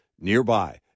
nearby